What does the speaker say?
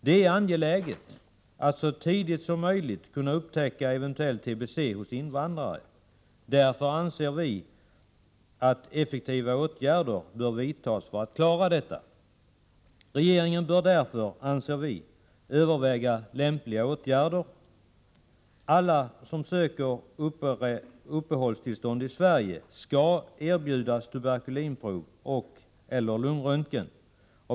Det är angeläget att så tidigt som möjligt kunna upptäcka eventuell TBC hos invandrare. Därför anser vi att effektiva åtgärder bör vidtas för att klara detta. Regeringen bör därför, anser vi, överväga lämpliga åtgärder. Alla som söker uppehållstillstånd i Sverige skall erbjudas tuberkulinprov och/eller lungröntgen.